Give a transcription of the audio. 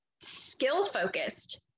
skill-focused